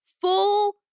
full